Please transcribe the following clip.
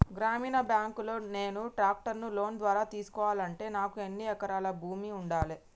గ్రామీణ బ్యాంక్ లో నేను ట్రాక్టర్ను లోన్ ద్వారా తీసుకోవాలంటే నాకు ఎన్ని ఎకరాల భూమి ఉండాలే?